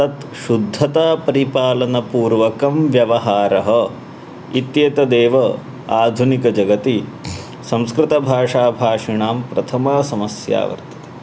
तत् शुद्धतापरिपालनपूर्वकं व्यवहारः इत्येतदेव आधुनिकजगति संस्कृतभाषाभाषिणां प्रथमा समस्या वर्तते